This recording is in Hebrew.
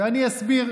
ואני אסביר: